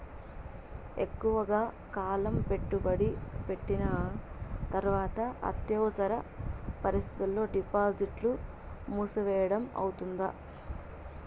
ఎక్కువగా కాలం పెట్టుబడి పెట్టిన తర్వాత అత్యవసర పరిస్థితుల్లో డిపాజిట్లు మూసివేయడం అవుతుందా?